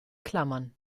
klammern